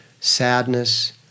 sadness